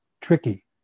Tricky